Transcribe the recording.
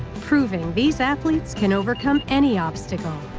proving these athletes can overcome any obstacle.